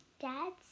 Dad